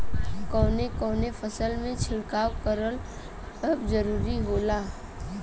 कवने कवने फसल में छिड़काव करब जरूरी होखेला?